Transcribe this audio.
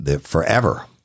forever